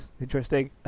interesting